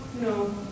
no